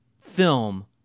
film